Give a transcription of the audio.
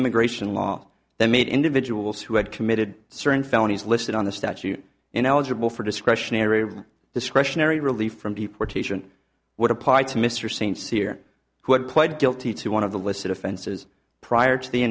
immigration law that made individuals who had committed certain felonies listed on the statute ineligible for discretionary discretionary relief from deportation would apply to mr st cyr who had pled guilty to one of the listed offenses prior to the